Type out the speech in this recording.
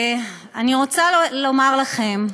אני רוצה לומר לכם,